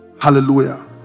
Hallelujah